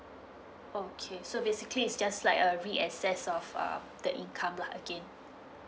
okay so basically is just like a re access of um the income lah again